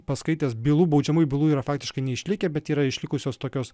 paskaitęs bylų baudžiamųjų bylų yra faktiškai neišlikę bet yra išlikusios tokios